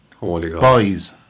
boys